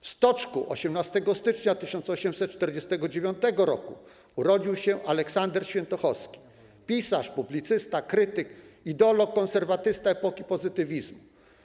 W Stoczku 18 stycznia 1849 r. urodził się Aleksander Świętochowski, pisarz, publicysta, krytyk, ideolog, konserwatysta epoki pozytywizmu.